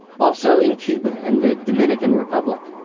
also in cuba and the dominican republic,